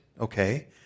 okay